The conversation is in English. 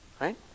Right